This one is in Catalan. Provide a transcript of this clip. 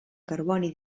carboni